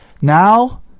Now